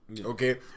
Okay